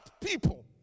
people